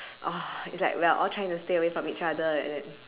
it's like we are all trying to stay away from each other like that